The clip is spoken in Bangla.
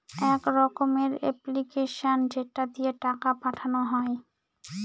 এক রকমের এপ্লিকেশান যেটা দিয়ে টাকা পাঠানো হয়